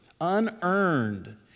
unearned